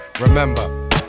Remember